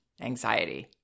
anxiety